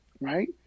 right